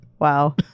Wow